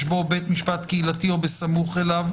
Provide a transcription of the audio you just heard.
בו בית משפט קהילתי או בסמוך אליו,